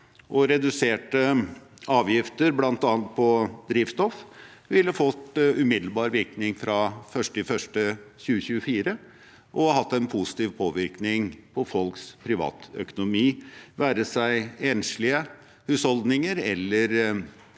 reduserte avgifter, bl.a. på drivstoff, ville fått umiddelbar virkning fra 1. januar 2024 og ville hatt en positiv påvirkning på folks privatøkonomi, det være seg enslige husholdninger,